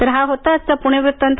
तर हा होता आजचा पुणे वृत्तांत